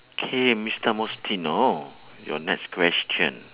K mister mustino your next question